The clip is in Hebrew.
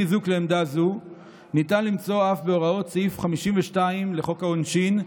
חיזוק לעמדה זו ניתן למצוא אף בהוראות סעיף 52 לחוק העונשין,